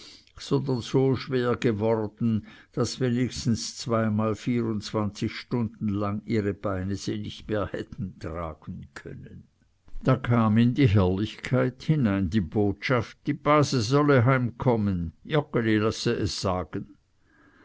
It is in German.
sondern so schwer geworden daß wenigstens zweimal vierundzwanzig stunden lang ihre beine sie nicht mehr hätten tragen können da kam in die herrlichkeit hinein die botschaft die base solle heimkommen joggeli lasse es sagen